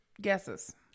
guesses